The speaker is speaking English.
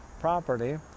property